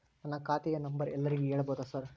ನನ್ನ ಖಾತೆಯ ನಂಬರ್ ಎಲ್ಲರಿಗೂ ಹೇಳಬಹುದಾ ಸರ್?